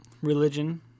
religion